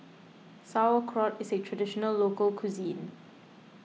Sauerkraut is a Traditional Local Cuisine